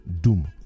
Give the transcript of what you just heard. doom